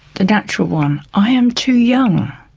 the natural one i am too young,